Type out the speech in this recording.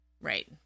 Right